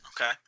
Okay